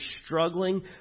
struggling